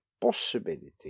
possibility